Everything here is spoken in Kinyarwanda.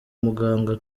muganga